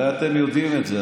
הרי אתם יודעים את זה,